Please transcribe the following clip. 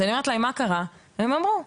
אז לא פעם שאלתי: ״מה השתנה?״ ואמרו לי: